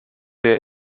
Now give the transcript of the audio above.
der